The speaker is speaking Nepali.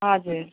हजुर